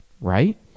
right